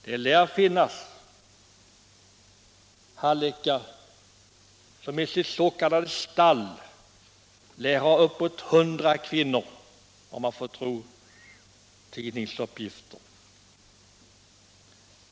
Det lär finnas hallickar som i sitt s.k. stall har uppåt 100 kvinnor, om man får tro tidningsuppgifter.